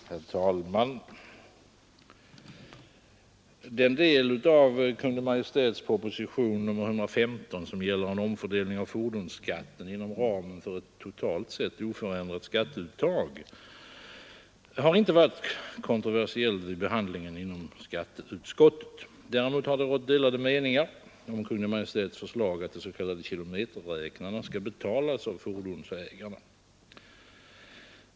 Herr talman! Den del av Kungl. Maj en omfördelning av fordonsskatten inom ramen för ett totalt sett oförändrat skatteuttag har inte varit kontroversiell vid behandlingen i statsutskottet. Däremot har rått delade meningar om Kungl. Maj:ts förslag att de s.k. kilometerräknarna skall betalas av fordonsägarna.